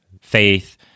faith